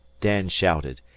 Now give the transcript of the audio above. dan shouted,